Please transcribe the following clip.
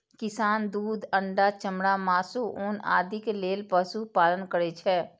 किसान दूध, अंडा, चमड़ा, मासु, ऊन आदिक लेल पशुपालन करै छै